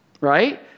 right